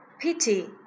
pity